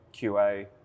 QA